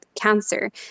cancer